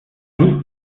nicht